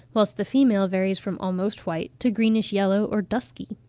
whilst the female varies from almost white to greenish-yellow or dusky.